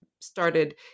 started